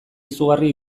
izugarri